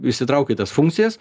išsitrauki tas funkcijas